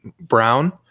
Brown